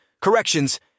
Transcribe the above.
corrections